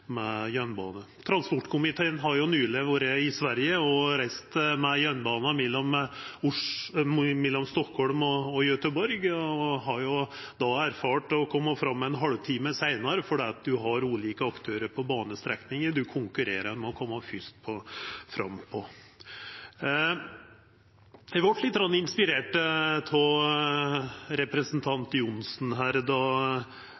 med jernbane. Transportkomiteen har nyleg vore i Sverige og reist med jernbana mellom Stockholm og Göteborg og har då erfart å koma fram ein halv time seinare fordi ein har ulike aktørar på banestrekninga ein konkurrerer om å koma fyrst fram på. Eg vart litt inspirert av